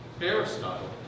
Aristotle